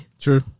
True